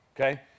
okay